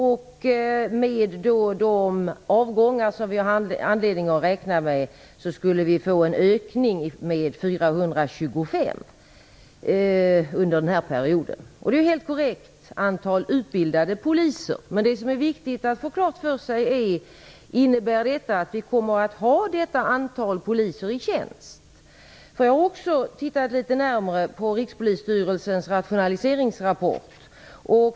Med hänsyn till de avgångar som vi har anledning att räkna med skulle det bli en ökning med 425 poliser under denna period. Antalet utbildade poliser är helt korrekt. Men det som är viktigt att få klart för sig är om detta innebär att vi kommer att ha det antalet poliser i tjänst. Jag har också tittat litet närmare på Rikspolisstyrelsens rationaliseringsrapport.